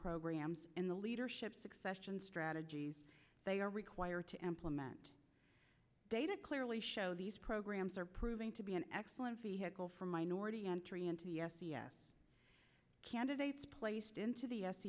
programs in the leadership succession strategies they are required to implement data clearly show these programs are proving to be an excellent vehicle for minority entry into the candidates placed into the s